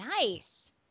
Nice